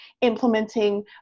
implementing